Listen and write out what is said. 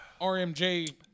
RMJ